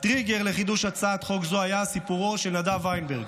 הטריגר לחידוש הצעת חוק זו היה סיפורו של נדב וינברג.